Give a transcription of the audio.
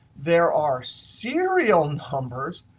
there are serial numbers,